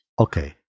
Okay